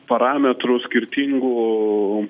parametrų skirtingų